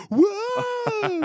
whoa